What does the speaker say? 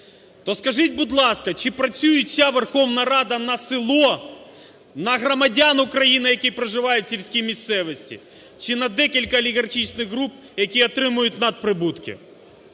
То скажіть, будь ласка, чи працює ця Верховна Рада на село, на громадян України, які проживають в сільській місцевості, чи на декілька олігархічних груп, які отримують надприбутки.